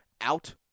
out